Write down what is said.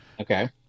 Okay